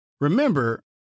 Remember